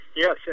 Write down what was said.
Yes